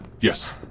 Yes